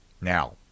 Now